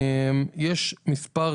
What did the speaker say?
יש כרגע מספר